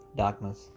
darkness